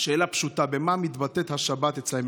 שאלה פשוטה: במה מתבטאת השבת אצלם?